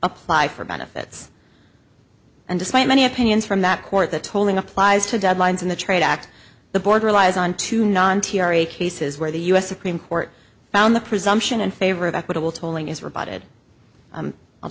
apply for benefits and despite many opinions from that court the tolling applies to deadlines in the trade act the board relies on two non t r a cases where the u s supreme court found the presumption in favor of equitable tolling is rebutted